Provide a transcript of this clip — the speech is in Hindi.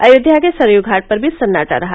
अयोध्या के सरयू घाट पर भी सन्नाटा रहा